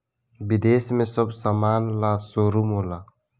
विदेश में सब समान ला शोरूम होला